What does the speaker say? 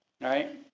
right